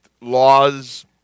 laws